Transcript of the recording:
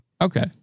Okay